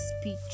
speech